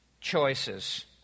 choices